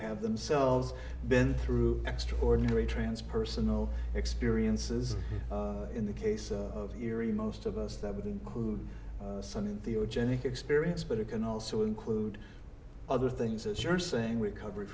have themselves been through extraordinary transpersonal experiences in the case of eerie most of us that would include some of the origin experience but it can also include other things as you're saying recover